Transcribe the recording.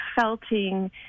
felting